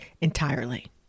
entirely